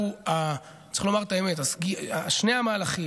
צריך לומר את האמת: שני המהלכים,